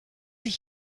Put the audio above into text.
ich